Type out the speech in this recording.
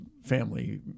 Family